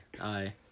aye